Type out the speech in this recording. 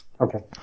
Okay